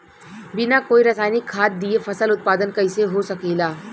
बिना कोई रसायनिक खाद दिए फसल उत्पादन कइसे हो सकेला?